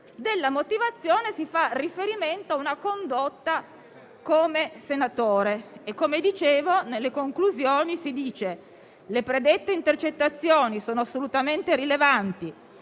della motivazione si fa riferimento a una condotta come senatore e - come dicevo - nelle conclusioni si dice che le predette intercettazioni sono assolutamente rilevanti